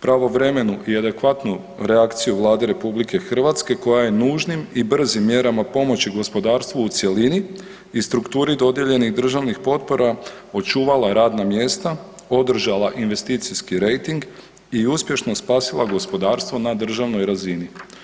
pravovremenu i adekvatnu reakciju Vlade RH koja je nužnim i brzim mjerama pomoći gospodarstvu u cjelini i strukturi dodijeljenih državnih potpora očuvala radna mjesta, održala investicijski rejting i uspješno spasila gospodarstvo na državnoj razini.